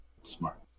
Smart